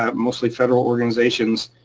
um mostly federal organizations,